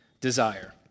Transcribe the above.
desire